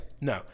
no